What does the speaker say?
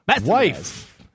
Wife